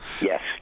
Yes